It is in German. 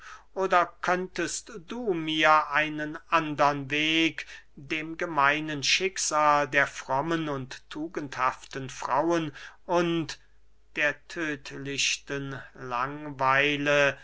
oder könntest du mir einen andern weg dem gemeinen schicksal der frommen und tugendhaften frauen und der tödlichen langeweile